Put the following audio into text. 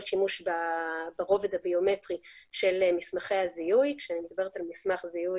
שימוש ברובד הביומטרי של מסמכי הזיהוי וכשאני מדברת על מסמך זיהוי,